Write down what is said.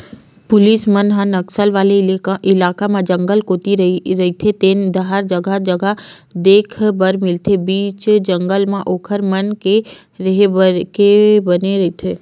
police मन ह नक्सल वाले इलाका म जंगल कोती रहिते तेन डाहर जगा जगा देखे बर मिलथे बीच जंगल म ओखर मन के रेहे के बने रहिथे